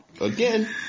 Again